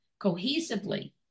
cohesively